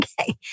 Okay